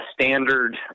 standard